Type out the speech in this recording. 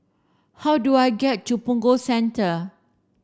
how do I get to Punggol Central